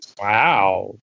Wow